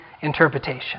interpretation